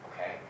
Okay